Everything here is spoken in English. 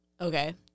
Okay